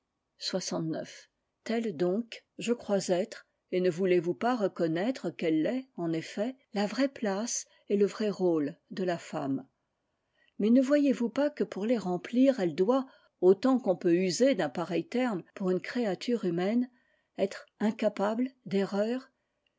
telle donc je crois être et ne voulez-vous pas reconnaître qu'elle l'est en effet la vraie place et le vrai rôle de la femme mais ne voyez-vous pas que pour les remplir elle doit autant qu'on peut user d'un pareil terme pour une créature humaine être incapable d'erreur